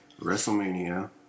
WrestleMania